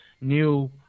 new